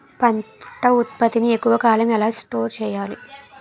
పంట ఉత్పత్తి ని ఎక్కువ కాలం ఎలా స్టోర్ చేయాలి?